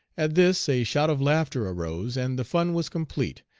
at this a shout of laughter arose and the fun was complete.